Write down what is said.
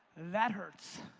that hurts.